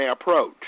approach